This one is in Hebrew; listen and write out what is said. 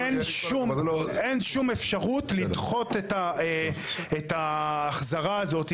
אין שום אפשרות לדחות את ההחזרה הזאת.